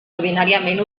ordinàriament